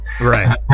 right